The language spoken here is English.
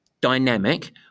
dynamic